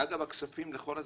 הכספים לכל הזרמים.